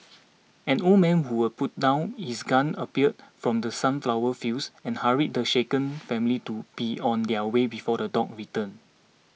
an old man who was putting down his gun appeared from the sunflower fields and hurried the shaken family to be on their way before the dog return